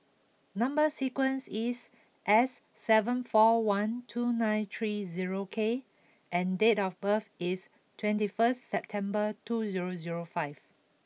number sequence is S seven four one two nine three zero K and date of birth is twenty first September two zero zero five